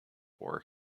war